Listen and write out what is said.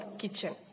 Kitchen